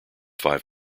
five